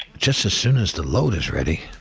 just as soon as the load is ready.